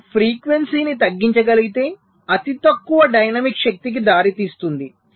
మీరు ఫ్రీక్వెన్సీని తగ్గించగలిగితే అది తక్కువ డైనమిక్ శక్తికి దారితీస్తుంది